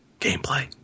Gameplay